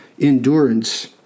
endurance